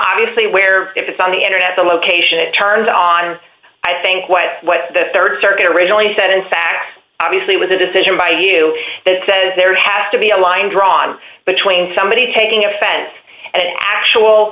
bviously where if it's on the internet the location it turned on i think what the rd circuit originally said in fact obviously was a decision by you that says there has to be a line drawn between somebody taking offense at actual